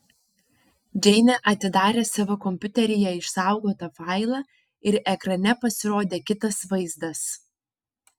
džeinė atidarė savo kompiuteryje išsaugotą failą ir ekrane pasirodė kitas vaizdas